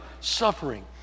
suffering